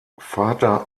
vater